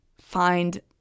find